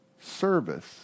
service